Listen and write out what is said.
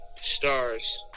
stars